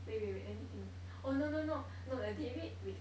wait wait wait let me think oh no no no no uh david bri~